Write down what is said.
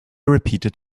repeated